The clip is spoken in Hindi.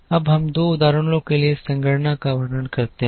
अब हम दो उदाहरणों के लिए संगणना का वर्णन करते हैं